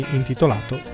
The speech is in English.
intitolato